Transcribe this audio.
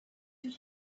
you